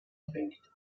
dringt